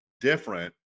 different